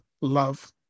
love